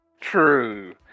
True